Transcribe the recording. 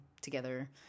together